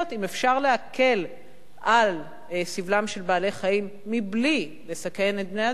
אם אפשר להקל על סבלם של בעלי-חיים מבלי לסכן את בני-האדם,